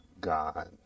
God